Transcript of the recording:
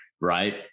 right